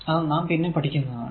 അത് നാം പിന്നെ പഠിക്കുന്നതാണ്